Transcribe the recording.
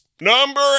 Number